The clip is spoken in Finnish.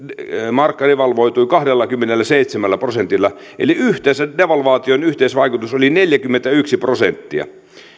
markka devalvoitui kahdellakymmenelläseitsemällä prosentilla eli devalvaation yhteisvaikutus oli neljäkymmentäyksi prosenttia